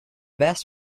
best